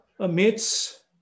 Amidst